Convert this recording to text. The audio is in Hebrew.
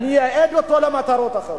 אני אייעד אותו למטרות אחרות.